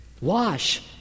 Wash